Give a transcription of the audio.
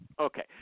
Okay